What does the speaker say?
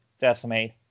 Decimate